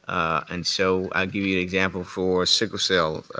and so i'll give you the example for sickle cell.